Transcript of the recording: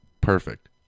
Perfect